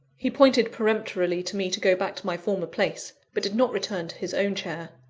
he pointed peremptorily to me to go back to my former place, but did not return to his own chair.